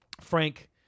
Frank